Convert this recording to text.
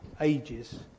ages